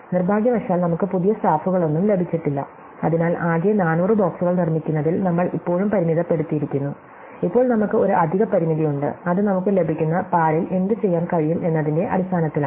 നിർഭാഗ്യവശാൽ നമുക്ക് പുതിയ സ്റ്റാഫുകളൊന്നും ലഭിച്ചിട്ടില്ല അതിനാൽ ആകെ 400 ബോക്സുകൾ നിർമ്മിക്കുന്നതിൽ നമ്മൾ ഇപ്പോഴും പരിമിതപ്പെടുത്തിയിരിക്കുന്നു ഇപ്പോൾ നമുക്ക് ഒരു അധിക പരിമിതി ഉണ്ട് അത് നമുക്ക് ലഭിക്കുന്ന പാലിൽ എന്തുചെയ്യാൻ കഴിയും എന്നതിന്റെ അടിസ്ഥാനത്തിലാണ്